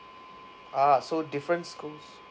ah so different schools